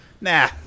Nah